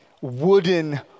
wooden